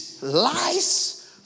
lies